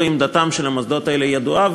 ועמדתם של המוסדות האלה ידועה.